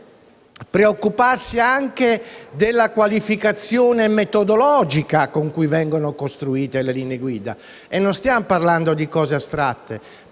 preoccuparsi anche della qualificazione metodologica con cui vengono costruite le linee guida. Non stiamo parlando di cose astratte